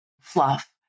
fluff